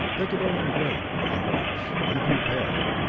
they could only wait and watch and prepare!